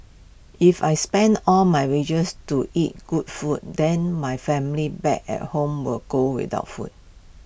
if I spend all my wages to eat good food then my family back at home will go without food